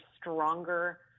stronger